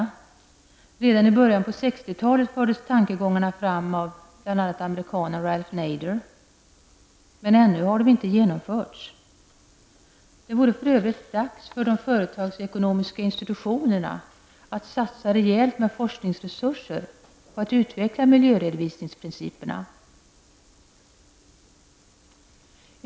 Redan i början på 60 talet fördes tankegångarna fram av bl.a. amerikanen Ralph Nader, men ännu har de inte genomförts. Det vore för övrigt dags att de företagsekonomiska institutionerna satsar rejält med forskningsresurser på att utveckla miljöredovisningsprinciperna.